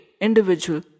individual